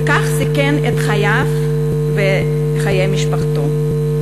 ובכך סיכן את חייו וחיי משפחתו.